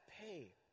pay